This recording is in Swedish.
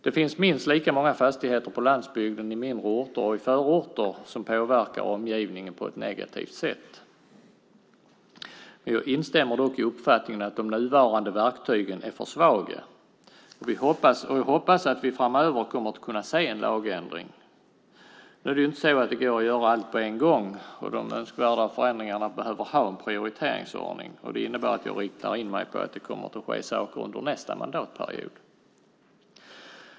Det finns minst lika många fastigheter på landsbygden, i mindre orter och i förorter som påverkar omgivningen på ett negativt sätt. Jag instämmer dock i uppfattningen att de nuvarande verktygen är för svaga och hoppas att vi framöver kommer att kunna se en lagändring. Nu går det ju inte att göra allt på en gång, och önskvärda förändringar måste ha en prioriteringsordning. Det innebär att jag riktar in mig på att det kommer att ske saker under nästa mandatperiod.